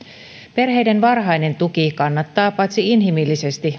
perheiden varhainen tuki kannattaa paitsi inhimillisesti